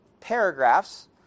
paragraphs